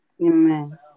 Amen